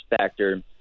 factor